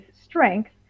strength